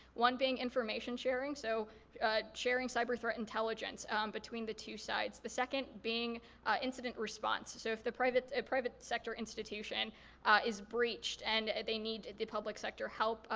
one being information sharing, so ah sharing cyber threat intelligence between the two sides. the second being incident response. so if the private the private sector institution is breached and they need the public sector help,